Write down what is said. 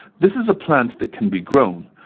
this is a plant that can be grown.